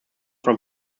from